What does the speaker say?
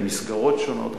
במסגרות שונות,